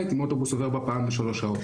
אם אוטובוס עובר בה פעם בשלוש שעות.